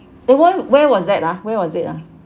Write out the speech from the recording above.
eh where was that ah where was it ah